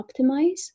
optimize